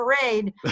parade